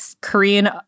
Korean